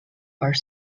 are